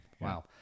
wow